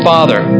Father